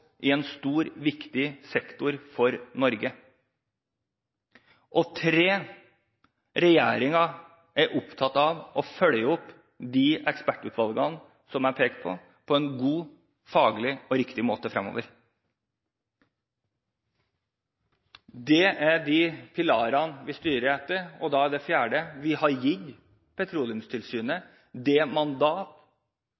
i en stor og viktig sektor for Norge. Regjeringen er opptatt av å følge opp de ekspertutvalgene som jeg pekte på, på en god, faglig og riktig måte fremover. Det er de pilarene vi styrer etter. Det fjerde er at vi har gitt Petroleumstilsynet